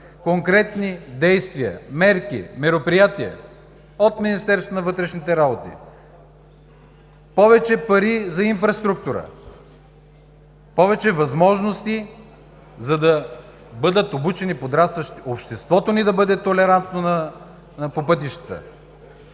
конкретни действия, мерки, мероприятия от Министерството на вътрешните работи, повече пари за инфраструктура, повече възможности, за да бъдат обучени подрастващите, обществото ни да бъде толерантно по пътищата.